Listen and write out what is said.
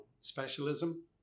specialism